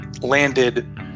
landed